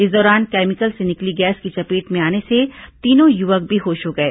इस दौरान कैमिकल से निकली गैस की चपेट में आने से तीनों युवक बेहोश हो गए